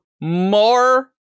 more